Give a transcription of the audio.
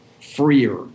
freer